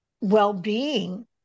well-being